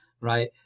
right